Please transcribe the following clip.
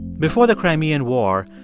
before the crimean war,